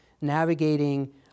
navigating